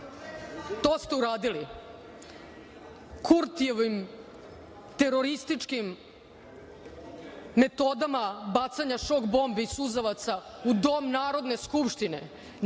To ste uradili Kurtijevim terorističkim metodama bacanja šok bombi i suzavaca u Dom Narodne skupštine,